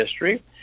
history